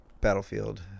Battlefield